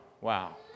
Wow